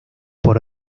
por